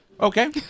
Okay